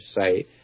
say